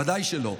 ודאי שלא.